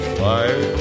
fire